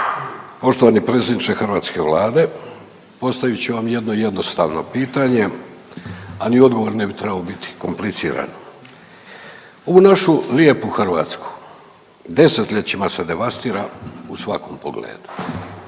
Poštovani predsjedniče hrvatske Vlade postavit ću vam jedno jednostavno pitanje, a ni odgovor ne bi trebao biti kompliciran. Ovu našu lijepu Hrvatsku desetljećima se devastira u svakom pogledu,